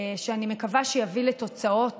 ואני מקווה שיביא לתוצאות